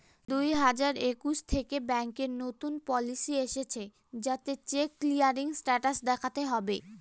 দুই হাজার একুশ থেকে ব্যাঙ্কে নতুন পলিসি এসেছে যাতে চেক ক্লিয়ারিং স্টেটাস দেখাতে হবে